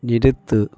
நிறுத்து